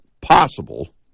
possible